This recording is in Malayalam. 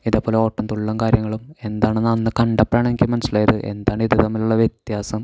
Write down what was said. ഇതേപോലെ ഓട്ടംതുള്ളലും കാര്യങ്ങളും എന്താണെന്ന് അന്ന് കണ്ടപ്പോഴാണ് എനിക്ക് മനസ്സിലായത് എന്താണിത് തമ്മിലുള്ള വ്യത്യാസം